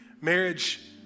Marriage